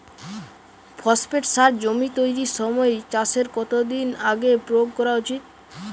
Phosphate সার জমি তৈরির সময় চাষের কত দিন আগে প্রয়োগ করা উচিৎ?